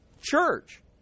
church